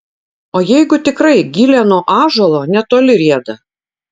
o jeigu tikrai gilė nuo ąžuolo netoli rieda